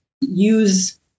use